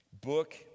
Book